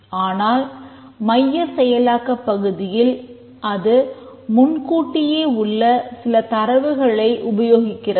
ஆனால் மைய செயலாக்கப் பகுதியில் அது முன்கூட்டியே உள்ள சில தரவுகளை உபயோகிக்கிறது